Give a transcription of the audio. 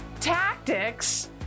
tactics